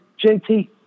JT